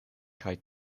kaj